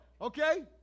Okay